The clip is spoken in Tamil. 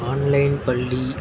ஆன்லைன் பள்ளி